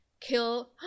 kill